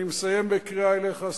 אני מסיים בקריאה אליך,